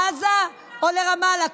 לעזה או לרמאללה.